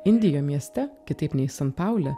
indijo mieste kitaip nei san paule